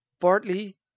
partly